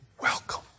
welcome